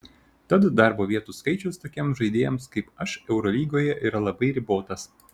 tad darbo vietų skaičius tokiems žaidėjams kaip aš eurolygoje yra labai ribotas